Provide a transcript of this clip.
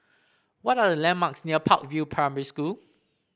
what are the landmarks near Park View Primary School